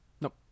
Nope